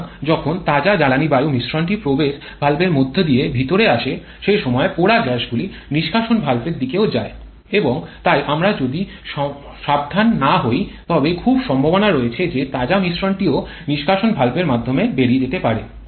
সুতরাং যখন তাজা জ্বালানী বায়ু মিশ্রণটি প্রবেশ ভালভের মধ্য দিয়ে ভিতরে আসে সে সময় পোড়া গ্যাসগুলি নিষ্কাশন ভালভের দিকেও যায় এবং তাই আমরা যদি সাবধান না হই তবে খুব সম্ভাবনা রয়েছে যে তাজা মিশ্রণটিও নিষ্কাশন ভালভের মাধ্যমে বেরিয়ে যেতে পারে